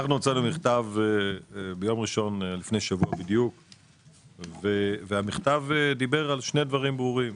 אנחנו הוצאנו מכתב ביום ראשון לפני שבוע שדיבר על שני דברים ברורים.